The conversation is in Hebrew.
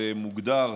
זה מוגדר,